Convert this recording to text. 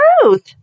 truth